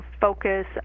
focus